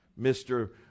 Mr